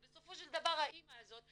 ובסופו של דבר האמא הזאת,